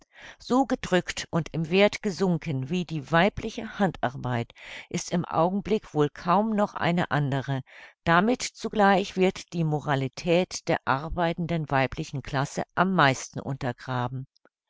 so gedrückt und im werth gesunken wie die weibliche handarbeit ist im augenblick wohl kaum noch eine andere damit zugleich wird die moralität der arbeitenden weiblichen klasse am meisten untergraben